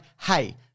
hey